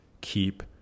keep